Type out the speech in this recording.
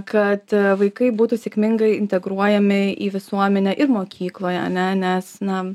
kad vaikai būtų sėkmingai integruojami į visuomenę ir mokykloje ane nes na